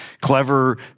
clever